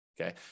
Okay